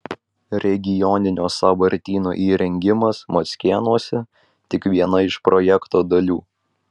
regioninio sąvartyno įrengimas mockėnuose tik viena iš projekto dalių